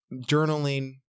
journaling